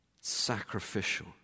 Sacrificial